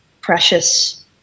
Precious